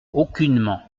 aucunement